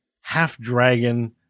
half-dragon